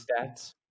stats